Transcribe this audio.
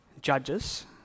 judges